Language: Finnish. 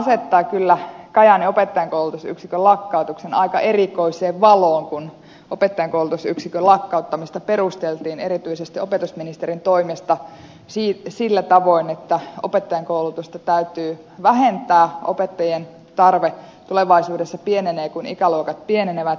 tämä asettaa kyllä kajaanin opettajankoulutusyksikön lakkautuksen aika erikoiseen valoon kun opettajankoulutusyksikön lakkauttamista perusteltiin erityisesti opetusministerin toimesta sillä tavoin että opettajankoulutusta täytyy vähentää koska opettajien tarve tulevaisuudessa pienenee kun ikäluokat pienenevät